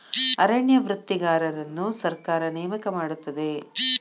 ಅರಣ್ಯ ವೃತ್ತಿಗಾರರನ್ನು ಸರ್ಕಾರ ನೇಮಕ ಮಾಡುತ್ತದೆ